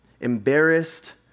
embarrassed